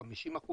50%,